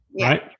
right